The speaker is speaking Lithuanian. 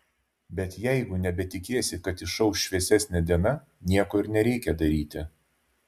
bet jeigu nebetikėsi kad išauš šviesesnė diena nieko ir nereikia daryti